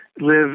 live